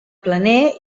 planer